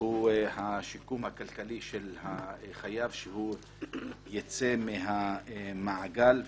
הם השיקום הכלכלי של החייב, שייצא מהמעגל.